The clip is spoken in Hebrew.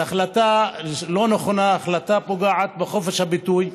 וההחלטה לא נכונה, ההחלטה פוגעת בחופש הביטוי,